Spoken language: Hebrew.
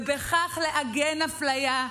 ובכך לעגן אפליה,